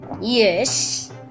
Yes